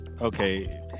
Okay